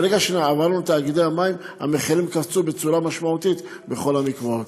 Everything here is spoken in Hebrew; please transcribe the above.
ברגע שעברנו לתאגידי המים המחירים קפצו בצורה משמעותית בכל המקוואות.